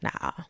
Nah